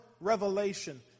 revelation